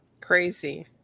Crazy